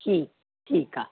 ठीकु ठीकु आहे